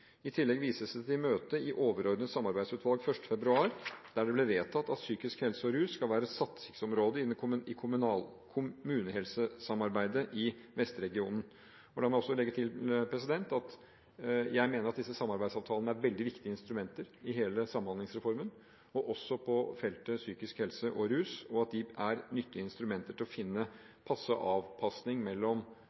I tillegg vises det til møte i overordnet samarbeidsutvalg 1. februar, der det ble vedtatt at psykisk helse og rus skal være satsingsområde i kommunehelsesamarbeidet i vestregionen. La meg også legge til at jeg mener at disse samarbeidsavtalene er veldig viktige instrumenter i hele Samhandlingsreformen, også på feltet psykisk helse og rus, og at de er nyttige instrumenter til å finne passe avpasning mellom